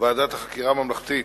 ועדת החקירה הממלכתית,